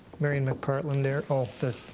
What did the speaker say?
marian mcpartland there. um the